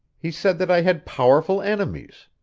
he said that i had powerful enemies.